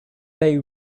they